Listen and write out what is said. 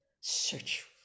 search